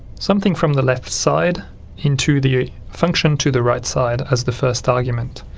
something from the left side into the function to the right side as the first argument.